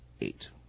eight